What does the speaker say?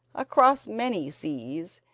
across many seas,